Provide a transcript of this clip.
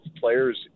players